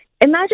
imagine